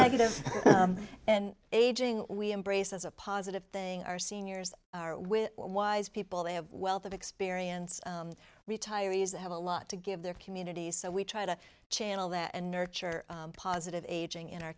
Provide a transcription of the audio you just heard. negative and aging we embrace as a positive thing our seniors are with wise people they have wealth of experience retirees that have a lot to give their communities so we try to channel that and nurture positive aging in our